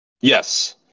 yes